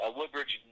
Woodbridge